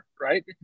right